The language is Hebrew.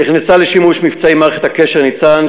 נכנסה לשימוש מבצעי מערכת הקשר "ניצן",